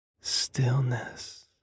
stillness